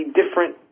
different